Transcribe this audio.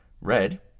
Red